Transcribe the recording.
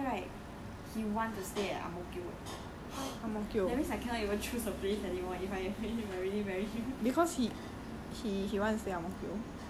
you know he wanted he die die right he want to stay at ang mo kio eh that means I cannot even choose a place anymore if I really want to marry him